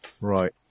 Right